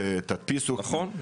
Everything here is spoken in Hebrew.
נכון.